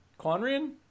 Quanrian